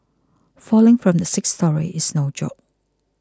falling from the sixth storey is no joke